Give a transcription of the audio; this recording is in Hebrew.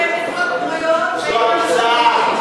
זו המצאה.